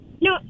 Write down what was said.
no